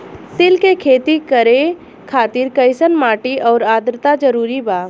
तिल के खेती करे खातिर कइसन माटी आउर आद्रता जरूरी बा?